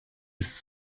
ist